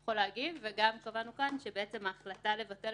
הוא יכול להגיב וגם קבענו כאן שההחלטה לבטל